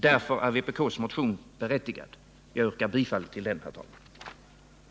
Därför är vpk:s motion berättigad. Herr talman! Jag yrkar bifall till motionen 2153.